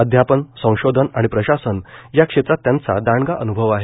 अध्यापन संशोधन आणि प्रशासन या क्षेत्रात त्यांचा दांडगा अन्भव आहे